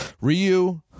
Ryu